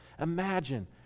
Imagine